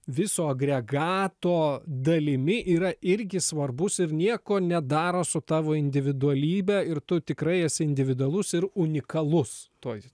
viso agregato dalimi yra irgi svarbus ir nieko nedaro su tavo individualybe ir tu tikrai esi individualus ir unikalus toj